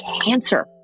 cancer